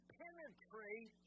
penetrate